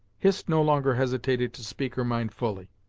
hist no longer hesitated to speak her mind fully.